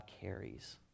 carries